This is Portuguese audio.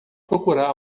procurar